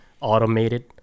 automated